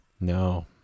No